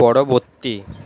পরবর্তী